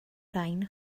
rain